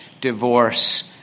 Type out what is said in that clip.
divorce